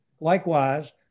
Likewise